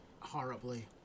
horribly